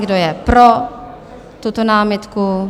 Kdo je pro tuto námitku?